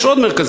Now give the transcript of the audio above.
יש עוד מרכזים,